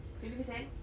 twenty percent